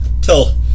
Tell